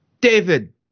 David